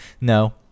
No